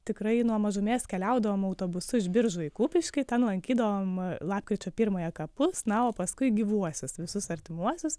tikrai nuo mažumės keliaudavom autobusu iš biržų į kupiškį ten lankydavom lapkričio pirmąją kapus na o paskui gyvuosius visus artimuosius